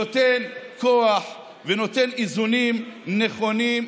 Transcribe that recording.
נותן כוח ונותן איזונים נכונים,